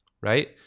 right